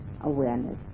awareness